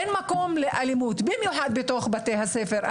אין מקום לאלימות, במיוחד בבתי הספר.